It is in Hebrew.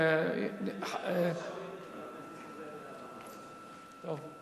אני האחרון שיוריד את זאב מהבמה.